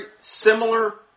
similar